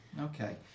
Okay